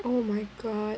oh my god